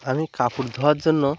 আমি কাপড় ধোয়ার জন্য